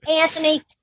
Anthony